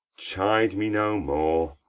chide me no more.